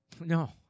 No